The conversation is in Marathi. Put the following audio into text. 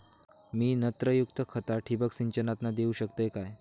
मी नत्रयुक्त खता ठिबक सिंचनातना देऊ शकतय काय?